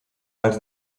als